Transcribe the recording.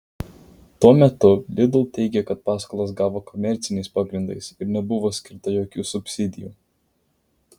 tuo metu lidl teigia kad paskolas gavo komerciniais pagrindais ir nebuvo skirta jokių subsidijų